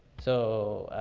so,